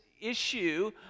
issue